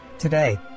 Today